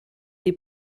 die